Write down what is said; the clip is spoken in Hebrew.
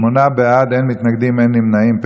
שמונה בעד, אין מתנגדים, אין נמנעים.